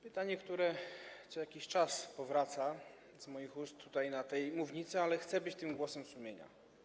Pytanie, które co jakiś czas powraca z moich ust na tej mównicy, ale chcę być tym głosem sumienia.